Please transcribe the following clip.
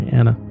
Anna